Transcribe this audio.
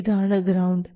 ഇതാണ് ഗ്രൌണ്ട്